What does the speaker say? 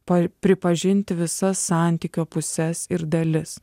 po pripažinti visas santykio puses ir dalis